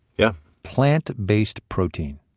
yeah. plant-based protein.